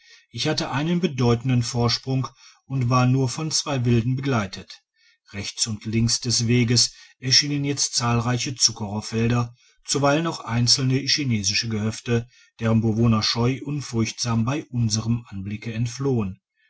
ich hatte einen bedeutenden vorsprung und war nur von zwei wilden begleitet rechts und links des weges erschienen jetzt zahlreiche zuckerrohrfelder zuweilen auch einzelne chinesische gehöfte deren bewohner scheu und furchtsam bei unserem anblicke entflohen